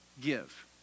give